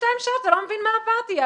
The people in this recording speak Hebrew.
אתם לא מבינים מה עברתי.